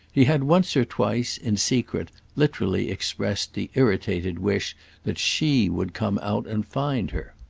he had once or twice, in secret, literally expressed the irritated wish that she would come out and find her.